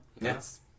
Yes